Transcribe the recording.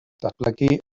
datblygu